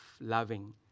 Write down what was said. loving